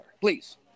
Please